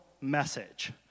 message